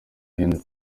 henry